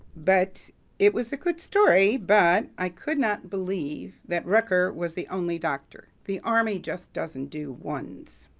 but it was a good story, but i could not believe that rucker was the only doctor. the army just doesn't do ones.